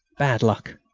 bad luck!